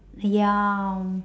ya